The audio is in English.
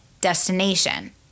destination